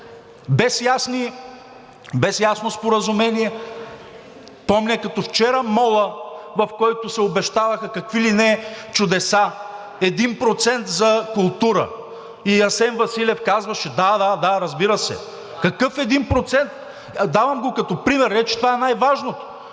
без ясно споразумение. Помня като вчера мола, в който се обещаваха какви ли не чудеса – 1% за култура, и Асен Василев казваше: „Да, да, да, разбира се!“ Такъв 1% – давам го като пример, не че това е най-важното!